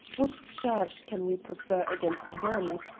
what charge can we prefer against them?